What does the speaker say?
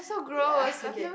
ya okay